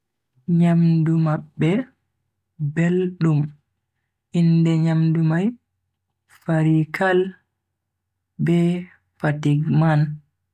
Nyamdu mabbe beldum, inde nyamdu mai farikal be fattiggmann.